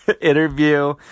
interview